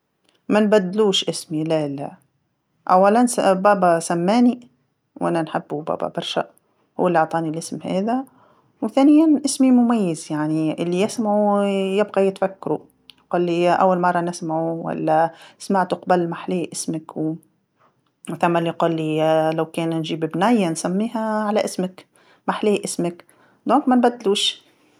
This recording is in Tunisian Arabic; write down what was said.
مانبدلوش إسمي لا لا، أولا س- بابا سماني، وأنا نحبو بابا برشا، هو اللي عطاني الإسم هذا، وثانيا إسمي مميز يعني اللي يسمعو يبقى يتفكرو، يقلي أول مره نسمعو ولا سمعتو قبل ما حلاه إسمك، و- وثما اللي قالي لوكان نجيب بنيه نسميها على إسمك، ما حلاه إسمك، إذن مانبدلوش.